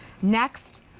next,